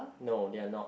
no they are not